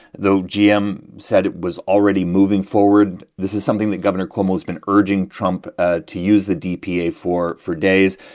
though gm said it was already moving forward, this is something that governor cuomo's been urging trump ah to use the dpa for for days.